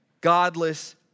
godless